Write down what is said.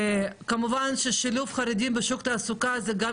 כמובן ששילוב חרדים בשוק התעסוקה זה גם